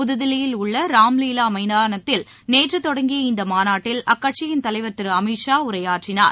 புதுதில்லியில் உள்ள ராம்லீவா மைதானத்தில் நேற்று தொடங்கிய இந்த மாநாட்டில் அக்கட்சியின் தலைவர் திரு அமித்ஷா உரையாற்றினார்